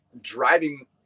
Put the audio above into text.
driving